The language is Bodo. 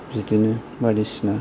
बिदिनो बायदिसिना